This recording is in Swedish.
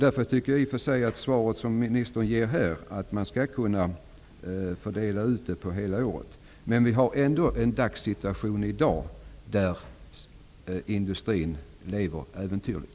Ministern säger i sitt svar att man skall kunna fördela kvoten på hela året. Men den situation som råder i dag innebär att industrin lever äventyrligt.